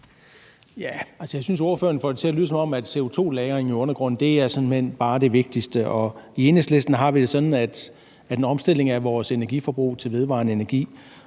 (EL): Jeg synes, ordføreren får det til at lyde, som om CO2-lagring i undergrunden simpelt hen bare er det vigtigste. I Enhedslisten har vi det sådan, at en omstilling af vores energiforbrug til vedvarende energi